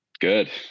Good